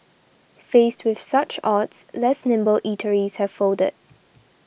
faced with such odds less nimble eateries have folded